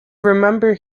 remember